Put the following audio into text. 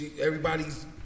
everybody's